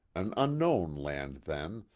an un known land then,